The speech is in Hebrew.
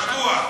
רגוע?